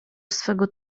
swego